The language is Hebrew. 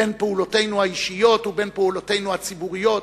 בין פעולותינו האישיות ובין פעולותינו הציבוריות.